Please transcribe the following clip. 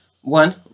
one